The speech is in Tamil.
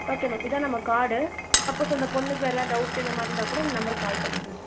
ஓகே மேம் இதான் நம்ம கார்டு சப்போஸ் அந்த பொண்ணுக்கு வேறு எதாவது டவுட் இந்த மாதிரி இருந்தால் கூட இந்த நம்பருக்கு கால் பண்ணுங்கள்